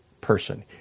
person